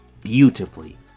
beautifully